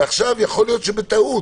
ועכשיו יכול להיות שבטעות,